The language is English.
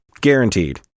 guaranteed